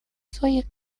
своих